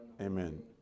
Amen